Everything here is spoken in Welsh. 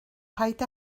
paid